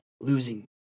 losing